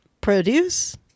produce